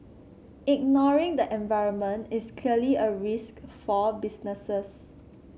ignoring the environment is clearly a risk for businesses